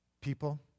people